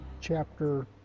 chapter